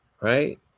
Right